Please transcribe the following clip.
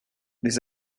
les